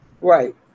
Right